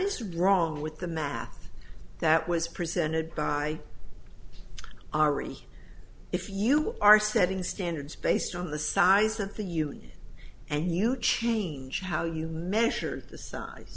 is wrong with the math that was presented by ari if you are setting standards based on the size of the you and you change how you measure the size